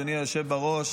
אדוני היושב בראש,